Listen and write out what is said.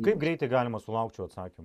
greitai galima sulaukt šio atsakymo